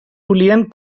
volien